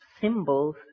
symbols